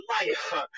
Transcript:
life